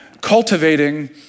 cultivating